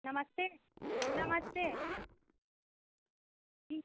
नमस्ते नमस्ते जी